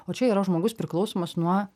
o čia yra žmogus priklausomas nuo